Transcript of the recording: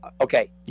Okay